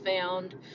found